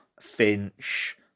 Finch